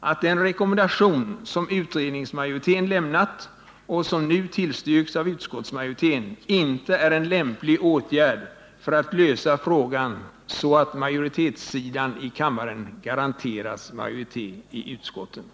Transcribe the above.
att den rekommendation som utredningsmajoriteten lämnat och som nu tillstyrks av utskottsmajoriteten inte innebär en lämplig åtgärd för att lösa frågan, så att majoritetssidan i kammaren garanteras majoriteten i utskotten.